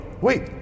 wait